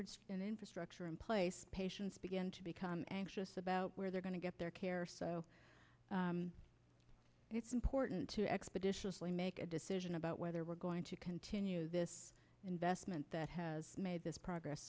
be an infrastructure in place patients begin to become anxious about where they're going to get their care so it's important to expeditiously make a decision about whether we're going to continue this investment that has made this progress